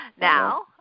Now